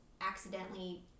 accidentally